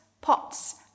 pots